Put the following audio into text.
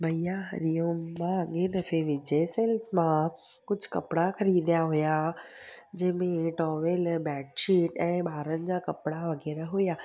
भईया हरिओम मां अॻे दफ़े विजय सेल्स मां कुझु कपिड़ा ख़रीदा हुया जंहिंमें टॉवल बैडशीट ऐं ॿारनि जा कपिड़ा वग़ैरह हुया